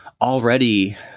already